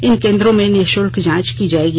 इन केन्द्रों में निःशुल्क जांच की जायेगी